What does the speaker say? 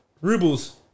Rubles